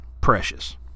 precious